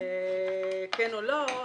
כן או לא,